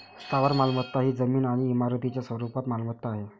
स्थावर मालमत्ता ही जमीन आणि इमारतींच्या स्वरूपात मालमत्ता आहे